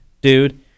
Dude